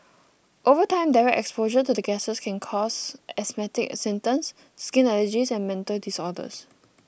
over time direct exposure to the gases can cause asthmatic symptoms skin allergies and mental disorders